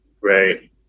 right